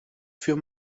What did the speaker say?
für